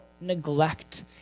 neglect